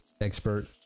expert